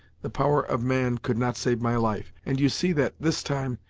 the power of man could not save my life, and you see that, this time,